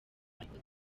dufite